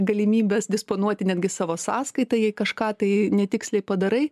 galimybės disponuoti netgi savo sąskaitą jei kažką tai netiksliai padarai